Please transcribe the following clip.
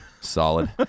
Solid